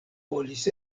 volis